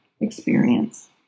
experience